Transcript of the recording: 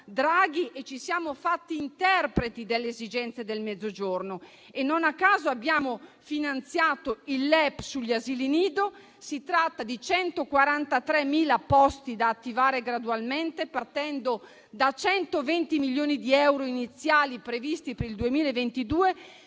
e ci siamo fatte interpreti delle esigenze del Mezzogiorno. Non a caso, abbiamo finanziato il LEP sugli asili nido: si tratta di 143.000 posti da attivare gradualmente, partendo da 120 milioni di euro iniziali previsti per il 2022,